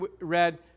read